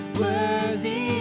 worthy